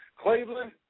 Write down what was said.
Cleveland